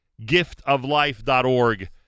giftoflife.org